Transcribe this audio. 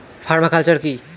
Parma culture কি?